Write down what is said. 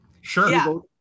sure